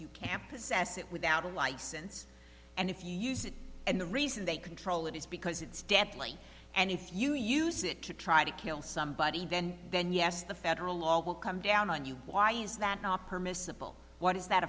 you can't possess it without a license and if you use it and the reason they control it is because it's deadly and if you use it to try to kill somebody then then yes the federal law will come down on you why is that not permissible why does that